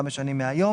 חמש שנים מהיום,